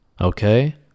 Okay